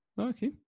Okay